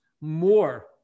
more